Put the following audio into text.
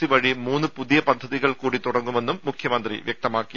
C വഴി മൂന്ന് പുതിയ പദ്ധതികൾ കൂടി തുടങ്ങുമെന്നും മുഖ്യമന്ത്രി വ്യക്തമാക്കി